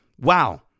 wow